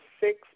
six